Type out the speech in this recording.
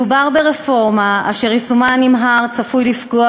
מדובר ברפורמה אשר יישומה הנמהר צפוי לפגוע